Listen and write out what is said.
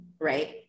right